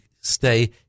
stay